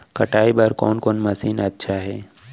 कटाई बर कोन कोन मशीन अच्छा हे?